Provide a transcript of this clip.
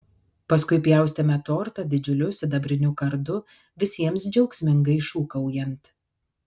paskui pjaustėme tortą didžiuliu sidabriniu kardu visiems džiaugsmingai šūkaujant